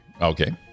Okay